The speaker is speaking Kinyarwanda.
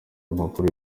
makuru